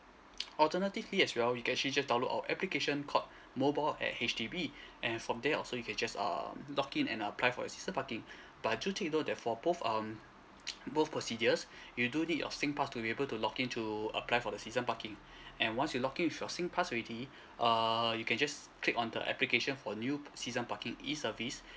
alternatively as well you can actually just download our application called mobile at H_D_B and from there also you can just err log in and apply for your season parking but do take note that for both um both procedures you do need your singpass to be able to log in to apply for the season parking and once you log in with your singpass already err you can just click on the application for new season parking e service